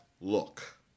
look